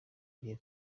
ngiye